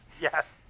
Yes